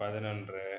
பதினொன்று